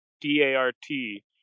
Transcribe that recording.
D-A-R-T